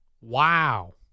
Wow